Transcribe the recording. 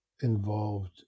involved